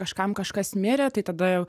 kažkam kažkas mirė tai tada